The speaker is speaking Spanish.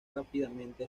rápidamente